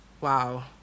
Wow